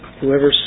whoever